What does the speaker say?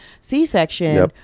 C-section